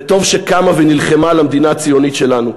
וטוב שקמה ונלחמה על המדינה הציונית שלנו.